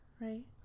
right